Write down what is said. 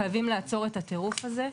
חייבים לעצור את הטירוף הזה.